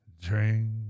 drink